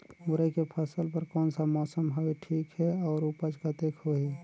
मुरई के फसल बर कोन सा मौसम हवे ठीक हे अउर ऊपज कतेक होही?